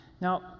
Now